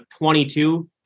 22